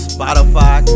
Spotify